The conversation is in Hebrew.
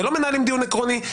ולא מנהלים דיון עקרוני.